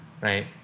right